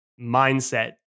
mindset